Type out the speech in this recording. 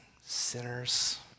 sinners